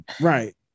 Right